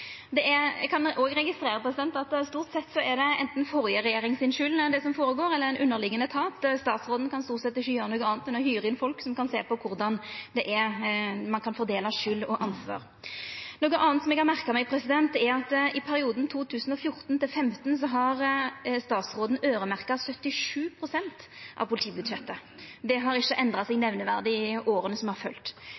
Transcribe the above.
Eg kan òg registrera at stort sett er det som går føre seg, anten den førre regjeringa si skuld eller ein underliggjande etat. Statsråden kan stort sett ikkje gjera noko anna enn å hyra inn folk som kan sjå på korleis ein kan fordela skuld og ansvar. Noko anna eg har merka meg, er at i perioden 2014–2015 har statsråden øyremerkt 77 pst. av politibudsjettet. Det har ikkje endra seg